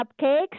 cupcakes